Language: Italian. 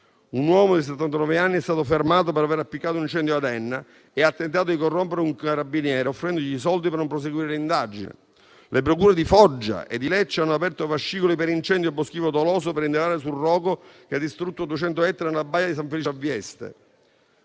Un uomo di settantanove anni è stato fermato per aver appiccato un incendio ad Enna ed ha tentato di corrompere un carabiniere, offrendogli soldi per non proseguire l'indagine. Le procure di Foggia e Lecce hanno aperto fascicoli per incendio boschivo doloso per indagare sul rogo che ha distrutto 200 ettari nella baia di San Felice a Vieste.